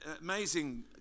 amazing